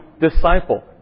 disciple